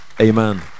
Amen